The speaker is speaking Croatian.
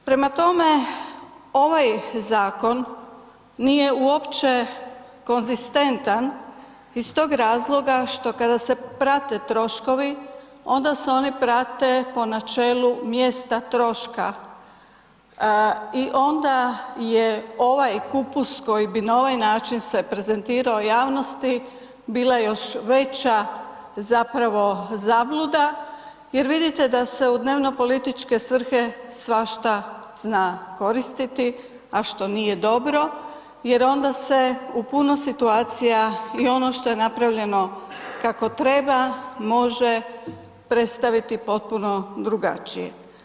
Prema tome, ovaj zakon nije uopće konzistentan iz tog razloga što kada se prate troškovi onda se oni prate po načelu mjesta troška i onda je ovaj kupus koji bi na ovaj način se prezentirao javnosti bila još veća zapravo zabluda jer vidite da se u dnevno političke svrhe svašta zna koristiti, a što nije dobro jer onda se u puno situacija i ono što je napravljano kako treba, može predstaviti potpuno drugačije.